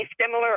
similar